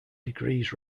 degrees